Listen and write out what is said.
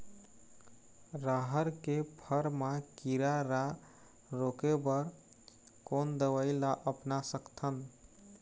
रहर के फर मा किरा रा रोके बर कोन दवई ला अपना सकथन?